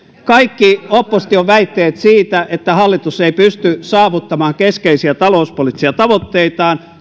kaikki opposition väitteet siitä että hallitus ei pysty saavuttamaan keskeisiä talouspoliittisia tavoitteitaan